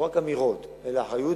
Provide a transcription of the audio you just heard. לא רק אמירות אלא אחריות,